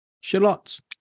shallots